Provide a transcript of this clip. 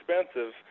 expensive